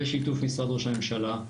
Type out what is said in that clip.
בשיתוף משרד ראש הממשלה,